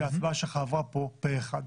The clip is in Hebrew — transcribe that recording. שההצבעה עברה פה אחד.